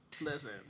Listen